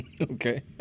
Okay